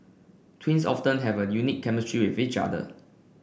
twins often have a unique chemistry with each other